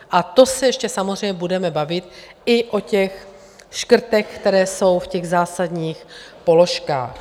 A to se ještě samozřejmě budeme bavit i o těch škrtech, které jsou v těch zásadních položkách.